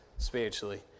spiritually